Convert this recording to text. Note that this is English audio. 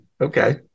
Okay